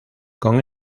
con